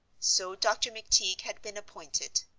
so dr. mcteague had been appointed.